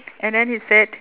and then he said